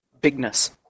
bigness